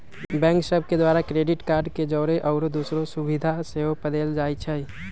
bank सभ के द्वारा क्रेडिट कार्ड के जौरे आउरो दोसरो सुभिधा सेहो पदेल जाइ छइ